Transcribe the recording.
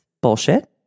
bullshit